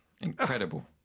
Incredible